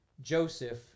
Joseph